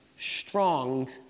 strong